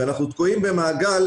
ואנחנו תקועים במעגל,